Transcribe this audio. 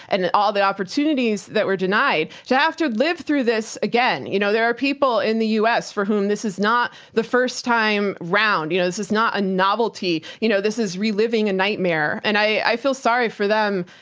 and all the opportunities that were denied, to have to live through this again. you know, there are people in the us for whom this is not the first time round. you know this is not a novelty. you know this is reliving a nightmare. and i feel sorry for them.